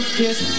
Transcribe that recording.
kiss